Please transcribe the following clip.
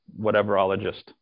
whateverologist